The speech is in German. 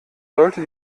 sollte